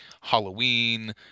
Halloween